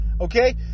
Okay